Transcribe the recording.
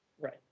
Right